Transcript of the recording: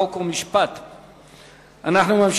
חוק ומשפט נתקבלה.